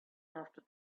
after